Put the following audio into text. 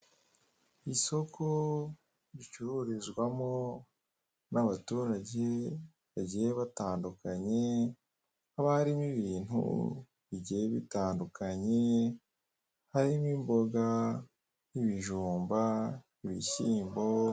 Isoko ricururizwamo n'abaturage bagiye batandukanye, haba harimo ibintu bigiye bitandukanye harimo imboga, ibijumba, ibishyimbo.